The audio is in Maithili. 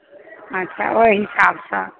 अच्छा ओहि हिसाबसँ